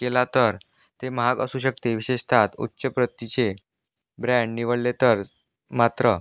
केला तर ते महाग असू शक्ती विशेषतः उच्च प्रतीचे ब्रँड निवडले तर मात्र